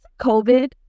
COVID